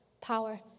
power